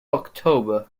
october